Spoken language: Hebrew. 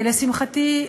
לשמחתי,